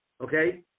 okay